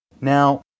Now